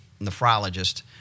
nephrologist